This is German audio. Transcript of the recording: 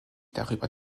darüber